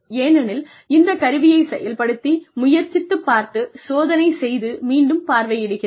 ஏனெனில் இந்த கருவியை செயல்படுத்தி முயற்சித்து பார்த்து சோதனை செய்து மீண்டும் பார்வையிடுகிறது